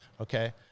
okay